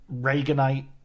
Reaganite